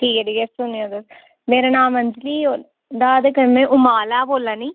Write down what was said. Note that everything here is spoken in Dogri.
ठीक ऐ ठीक ऐ सुनी लेआ ते मेरा नांऽ अंजली ऐ में ते कन्नै ओमाला दा बोल्ला नी